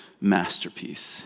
masterpiece